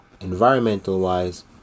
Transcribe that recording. environmental-wise